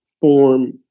form